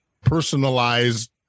personalized